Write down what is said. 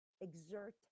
exert